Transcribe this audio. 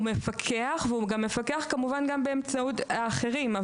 הוא מפקח וגם מפקח באמצעות אחרים.